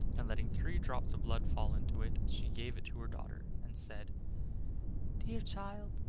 and letting three drops of blood fall into it, she gave it to her daughter, and said dear child,